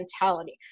mentality